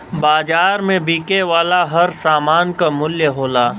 बाज़ार में बिके वाला हर सामान क मूल्य होला